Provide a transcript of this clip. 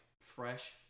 fresh